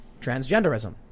transgenderism